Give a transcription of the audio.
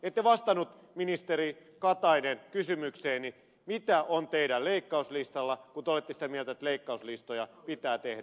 ette vastannut ministeri katainen kysymykseeni mitä on teidän leikkauslistallanne kun te olette sitä mieltä että leikkauslistoja pitää tehdä